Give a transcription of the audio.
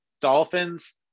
Dolphins